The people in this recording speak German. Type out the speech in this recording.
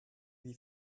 wie